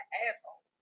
asshole